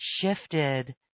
shifted